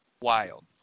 wild